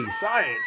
science